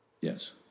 Yes